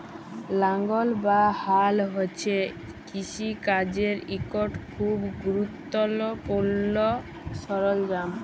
লাঙ্গল বা হাল হছে কিষিকাজের ইকট খুব গুরুত্তপুর্ল সরল্জাম